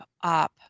up